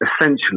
essentially